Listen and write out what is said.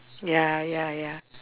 ya ya ya